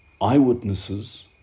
eyewitnesses